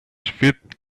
fit